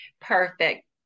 perfect